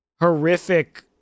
horrific